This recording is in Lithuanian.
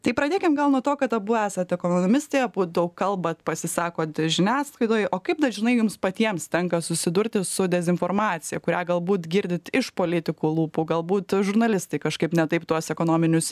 tai pradėkim gal nuo to kad abu esate ekonomistai abu daug kalbat pasisakot žiniasklaidoj o kaip dažnai jums patiems tenka susidurti su dezinformacija kurią galbūt girdit iš politikų lūpų galbūt žurnalistai kažkaip ne taip tuos ekonominius